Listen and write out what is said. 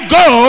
go